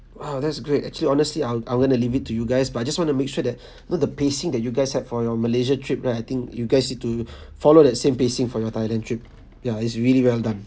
!wow! that's great actually honestly I'll I'm going to leave it to you guys but I just want to make sure that you know the pacing that you guys had for your malaysia trip right I think you guys need to follow the same pacing for your thailand trip ya it's really well done